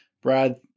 Brad